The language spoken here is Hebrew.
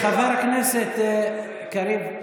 חבר הכנסת קריב,